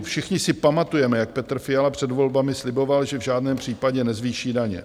Všichni si pamatujeme, jak Petr Fiala před volbami sliboval, že v žádném případě nezvýší daně.